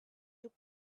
took